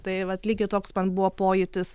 tai vat lygiai toks man buvo pojūtis